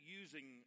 using